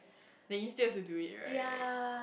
then you still have to do it right